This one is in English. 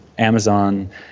Amazon